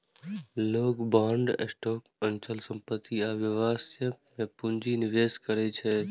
लोग bond, stock, अचल संपत्ति आ व्यवसाय मे पूंजी निवेश करै छै